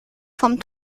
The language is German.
vom